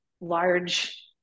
large